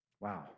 Wow